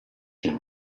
him